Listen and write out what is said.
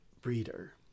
breeder